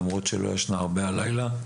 למרות שלא ישנה הרבה הלילה,